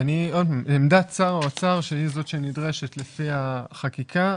עמדת שר האוצר היא זו שנדרשת לפי החקיקה,